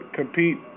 compete